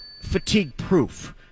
fatigue-proof